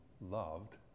loved